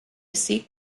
seek